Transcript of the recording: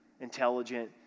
intelligent